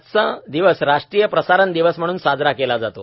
आजचा दिवसराष्ट्रीय प्रसारण दिवस म्हणून साजरा केला जातो